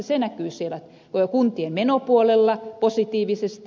se näkyy siellä kuntien menopuolella positiivisesti